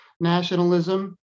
nationalism